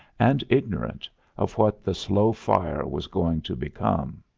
and ignorant of what the slow fire was going to become.